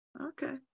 okay